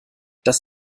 das